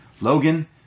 Logan